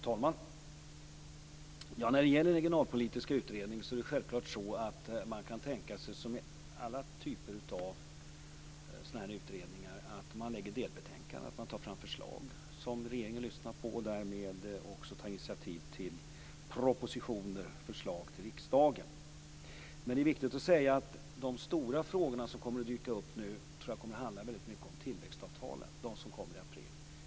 Herr talman! När det gäller den regionalpolitiska utredningen kan man självklart tänka sig, som i alla typer av sådana här utredningar, att lägga fram delbetänkanden och ta fram förslag som regeringen lyssnar på. Regeringen kan därmed också ta initiativ till propositioner och förslag till riksdagen. Men det är viktigt att säga att de stora frågor som nu kommer att dyka upp nog kommer att handla väldigt mycket om de tillväxtavtal som kommer i april.